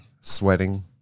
Sweating